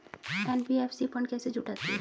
NBFC fund कैसे जुटाती है?